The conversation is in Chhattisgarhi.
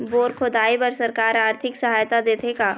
बोर खोदाई बर सरकार आरथिक सहायता देथे का?